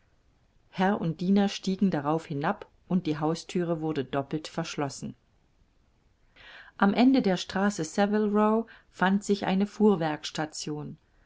herr und diener stiegen darauf hinab und die hausthüre wurde doppelt verschlossen am ende der straße saville row fand sich eine fuhrwerkstation